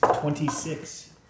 Twenty-six